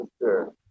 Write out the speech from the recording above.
sure